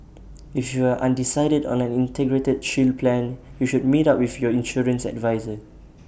if you are undecided on an integrated shield plan you should meet up with your insurance adviser